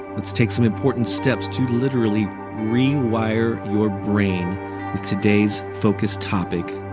let's take some important steps to literally rewire your brain with today's focus topic.